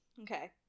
okay